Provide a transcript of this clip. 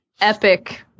Epic